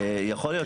יכול להיות